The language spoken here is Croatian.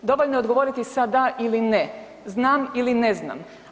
Dovoljno je odgovoriti sa da ili ne, znam ili ne znam.